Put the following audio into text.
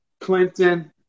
clinton